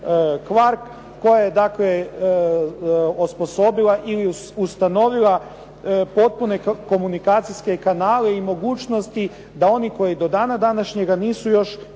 je dakle osposobila i ustanovila potpune komunikacijske kanale i mogućnosti da oni koji do dana današnjega nisu još